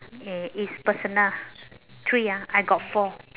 yeah is personal three ah I got four